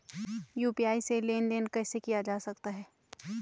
UPI से लेनदेन कैसे किया जा सकता है?